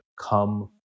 come